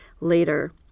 later